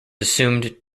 assumed